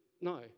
no